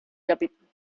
capítulo